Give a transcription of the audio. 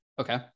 okay